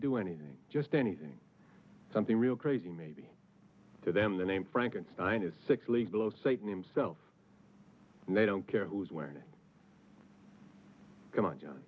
do anything just anything something real crazy maybe to them the name frankenstein is six leagues below satan himself and they don't care who's wearing it